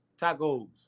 Tacos